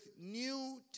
new